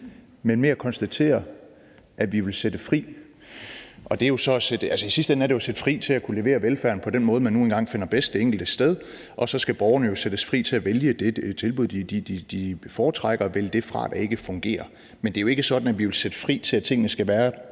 men mere konstatere, at vi vil sætte fri. Altså, i sidste ende er det jo at sætte fri til at kunne levere velfærden på den måde, man nu engang finder bedst det enkelte sted, og så skal borgerne jo sættes fri til at vælge det tilbud, de foretrækker, og vælge det fra, der ikke fungerer. Men det er jo ikke sådan, at vi vil sætte fri til, at tingene skal være